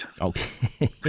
Okay